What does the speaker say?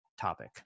topic